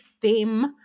theme